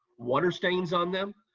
water stains on them.